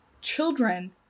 Children